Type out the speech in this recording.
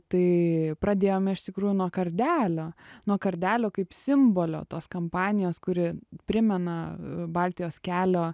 tai pradėjome iš tikrųjų nuo kardelio nuo kardelio kaip simbolio tos kampanijos kuri primena baltijos kelio